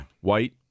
white